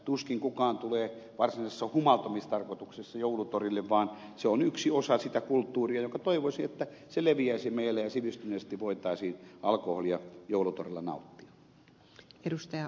tuskin kukaan tulee varsinaisessa humaltumistarkoituksessa joulutorille vaan se on yksi osa sitä kulttuuria jonka toivoisi leviävän meille ja sivistyneesti voitaisiin alkoholia joulutorilla nauttia